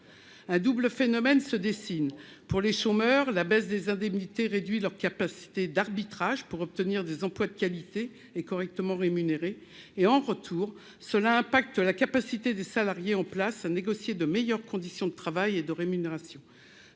Un double phénomène se dessine : pour les chômeurs, la baisse des indemnités réduit leur capacité d'arbitrage afin d'obtenir des emplois de qualité et correctement rémunérés ; en retour, cela impacte la capacité des salariés en poste à négocier de meilleures conditions de travail et de rémunération,